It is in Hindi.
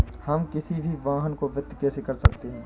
हम किसी भी वाहन को वित्त कैसे कर सकते हैं?